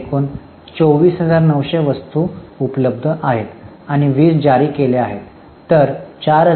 तर एकूण 24900 वस्तू उपलब्ध आहेत आणि 20 जारी केल्या आहेत